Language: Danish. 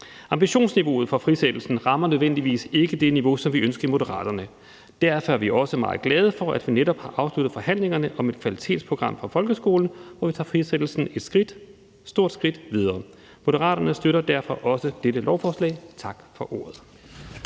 Ambitionsniveauet for frisættelsen rammer ikke nødvendigvis det niveau, som vi ønsker i Moderaterne. Derfor er vi også meget glade for, at vi netop har afsluttet forhandlingerne om et kvalitetsprogram for folkeskolen, hvor vi tager frisættelsen et stort skridt videre. Moderaterne støtter derfor også dette lovforslag. Tak for ordet.